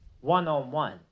one-on-one